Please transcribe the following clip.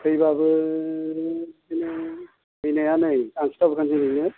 फैबाबो बिदिनो फैनाया नै आं खिन्था हरखानोसै नोंनो